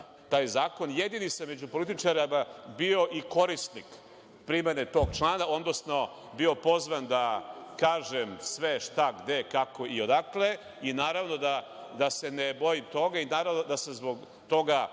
taj zakon. Jedini sam među političarima bio i korisnik primene tog člana, odnosno bio pozvan da kažem sve šta, gde, kako i odakle. Naravno da se ne bojim toga i naravno da sam zbog toga